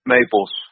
Maples